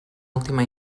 última